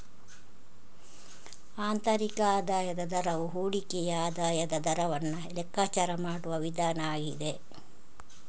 ಆಂತರಿಕ ಆದಾಯದ ದರವು ಹೂಡಿಕೆಯ ಆದಾಯದ ದರವನ್ನ ಲೆಕ್ಕಾಚಾರ ಮಾಡುವ ವಿಧಾನ ಆಗಿದೆ